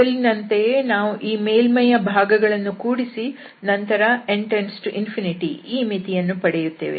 ಮೊದಲಿನಂತೆಯೇ ನಾವು ಈ ಮೇಲ್ಮೈಯ ಭಾಗಗಳನ್ನು ಕೂಡಿಸಿ ನಂತರ n→∞ ಈ ಮಿತಿ ಯನ್ನು ಪಡೆಯುತ್ತೇವೆ